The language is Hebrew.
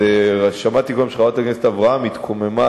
שמעתי קודם שחברת הכנסת אברהם התקוממה